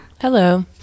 Hello